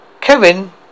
Kevin